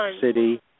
City